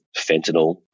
fentanyl